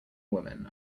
woman